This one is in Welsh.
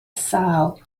sâl